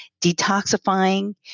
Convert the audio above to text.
detoxifying